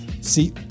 see